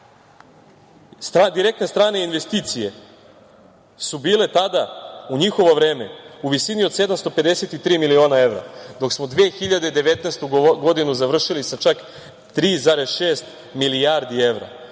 zemlju. Direktne strane investicije su bile tada u njihovo vreme u visini od 753 miliona evra, dok smo 2019. godinu završili sa čak 3,6 milijardi evra